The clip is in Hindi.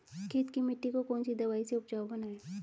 खेत की मिटी को कौन सी दवाई से उपजाऊ बनायें?